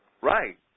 Right